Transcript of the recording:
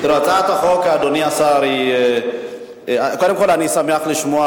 הצעת החוק, אדוני השר, קודם כול, אני שמח לשמוע.